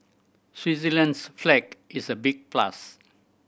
Switzerland's flag is a big plus